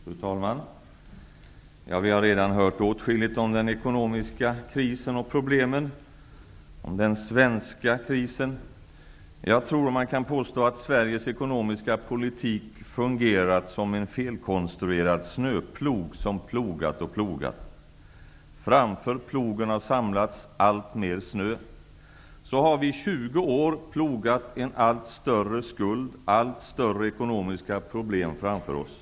Fru talman! Vi har redan hört åtskilligt om den svenska ekonomiska krisen och om problemen som den fört med sig. Jag tror att man kan påstå att Sveriges ekonomiska politik fungerat som en felkonstruerad snöplog, som plogat och plogat. Framför plogen har samlats allt mer snö. Så har vi i 20 år plogat en allt större skuld, allt större ekonomiska problem framför oss.